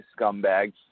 scumbags